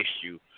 issue